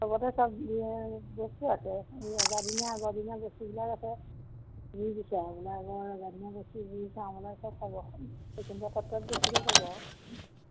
চবতে চব বস্তু আছে এই ৰজাদিনীয়া আগৰদিনীয়া বস্তুবিলাক আছে মানে আগৰ ৰজাদিনীয়া বস্তু যি চাওঁ বোলে চব দক্ষিণপাট সত্ৰত বেছিকৈ পাব আৰু